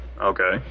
Okay